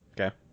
okay